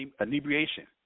inebriation